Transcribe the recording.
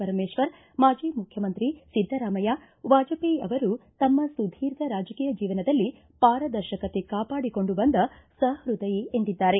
ಪರಮೇಶ್ವರ ಮಾಜಿ ಮುಖ್ಯಮಂತ್ರಿ ಸಿದ್ದರಾಮಯ್ಯ ವಾಜಪೇಯ ಅವರು ತಮ್ಮ ಸುಧೀರ್ಘ ರಾಜಕೀಯ ಜೀವನದಲ್ಲಿ ಪಾರದರ್ಶಕತೆ ಕಾಪಾಡಿಕೊಂಡ ಬಂದ ಸಹೃದಯಿ ಎಂದಿದ್ದಾರೆ